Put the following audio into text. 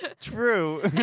True